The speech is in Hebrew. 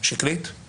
שקלית